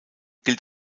gilt